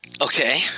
Okay